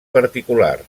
particular